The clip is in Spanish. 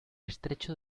estrecho